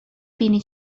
بینی